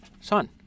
son